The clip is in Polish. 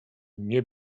nie